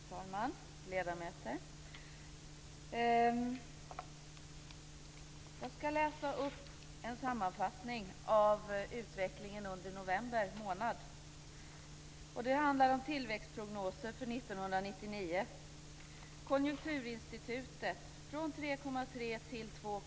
Fru talman! Ledamöter! Jag skall läsa upp en sammanfattning av utvecklingen under november månad. Det handlar om tillväxtprognoser för 1999.